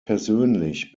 persönlich